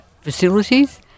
facilities